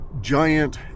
giant